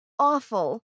awful